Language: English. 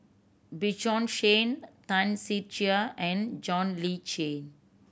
Bjorn Shen Tan Ser Cher and John Le Cain